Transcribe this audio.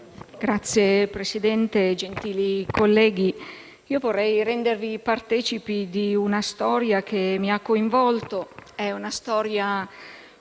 Signora Presidente, gentili colleghi, vorrei rendervi partecipi di una storia che mi ha coinvolto. È una storia